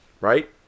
Right